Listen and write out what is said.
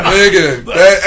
Nigga